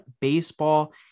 baseball